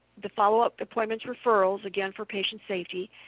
the follow-up appointments referrals, again, for patient safety,